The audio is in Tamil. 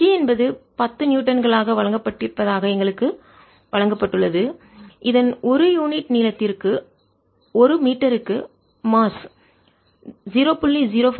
T என்பது 10 நியூட்டன்களாக வழங்கப்பட்டிருப்பதாக எங்களுக்கு வழங்கப்பட்டுள்ளது இதன் ஒரு யூனிட் நீளத்திற்கு ஒரு மீட்டருக்கு மாஸ் நிறை 0